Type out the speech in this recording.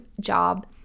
job